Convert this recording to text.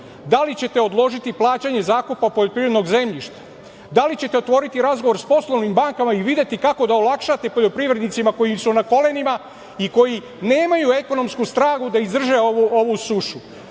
Da li ćete odložiti plaćanje zakupa poljoprivrednog zemljišta? Da li ćete otvoriti razgovor sa poslovnim bankama i videti kako da olakšate poljoprivrednicima koji su na kolenima i koji nemaju ekonomsku snagu da izdrže ovu sušu?